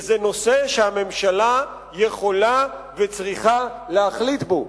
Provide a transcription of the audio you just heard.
וזה נושא שהממשלה יכולה וצריכה להחליט בו.